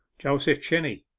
joseph chinney,